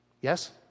Yes